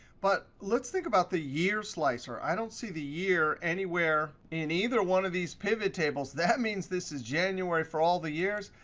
but let's think about the year slicer. i don't see the year anywhere in either one of these pivottables. that means this is january for all the years.